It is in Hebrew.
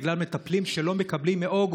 בגלל שמטפלים מאוגוסט,